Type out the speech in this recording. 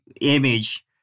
image